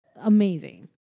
amazing